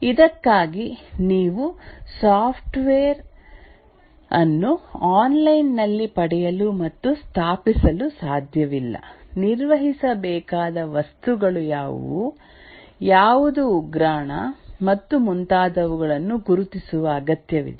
ಇದಕ್ಕಾಗಿ ನೀವು ಸಾಫ್ಟ್ವೇರ್ ಅನ್ನು ಆನ್ಲೈನ್ ನಲ್ಲಿ ಪಡೆಯಲು ಮತ್ತು ಸ್ಥಾಪಿಸಲು ಸಾಧ್ಯವಿಲ್ಲ ನಿರ್ವಹಿಸಬೇಕಾದ ವಸ್ತುಗಳು ಯಾವುವು ಯಾವುದು ಉಗ್ರಾಣ ಮತ್ತು ಮುಂತಾದವುಗಳನ್ನು ಗುರುತಿಸುವ ಅಗತ್ಯವಿದೆ